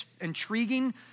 intriguing